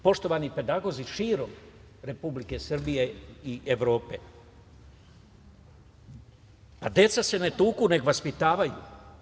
Poštovani pedagozi širom Republike Srbije i Evrope, deca se ne tuku nego vaspitavaju.